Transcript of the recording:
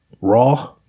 raw